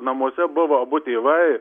namuose buvo abu tėvai